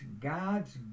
God's